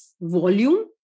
volume